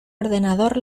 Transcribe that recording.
ordenador